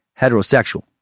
heterosexual